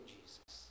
Jesus